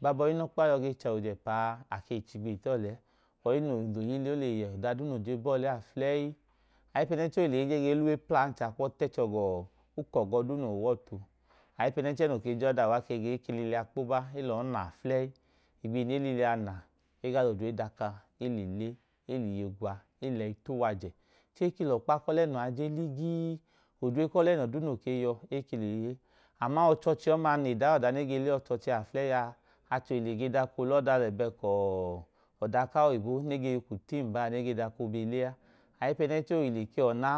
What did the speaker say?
Gbabọ inọkpa yọ ge cha ojepss, skri chigbihi tọọlẹ oyi no jo hiili oleyẹ aipẹnẹnchẹ ohile ege ga eluwe pla ancha ekwọ t’echo gọọ ukọngọ duu no huwa ọtu, aipe nẹnẹnchẹ no ke jọda uwa ga eke lilia kpoba elọọna afulẹi igbihi ne lili ana ega l’odre daka elele eliye gwa, eleyi t’uwaje chẹẹ lọkpa k’ọlẹnọ je ligii odre k’ọlẹno duu noyọọ eke l’ele. Aman ọchọọchi oma nle daa ọda negele ọchọọchia afuleyi a achohile ge dọko l’ọda lẹbẹn kọọ ọda ka’oyibo ne ge hi ku tii mbaa nege dọko bele a. Aipẹ nẹnche ohile ke ọna